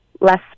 less